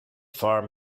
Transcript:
farm